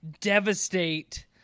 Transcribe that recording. devastate